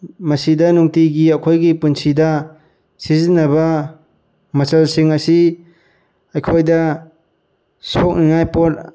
ꯃꯁꯤꯗ ꯅꯨꯡꯇꯤꯒꯤ ꯑꯩꯈꯣꯏꯒꯤ ꯄꯨꯟꯁꯤꯗ ꯁꯤꯖꯤꯟꯅꯕ ꯃꯆꯜꯁꯤꯡ ꯑꯁꯤ ꯑꯩꯈꯣꯏꯗ ꯁꯣꯛꯅꯤꯡꯉꯥꯏ ꯄꯣꯠ